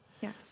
Yes